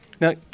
Now